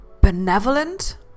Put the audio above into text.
benevolent